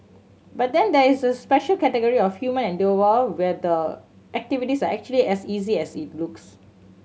but then there is a special category of human endeavour where the activities are actually as easy as it looks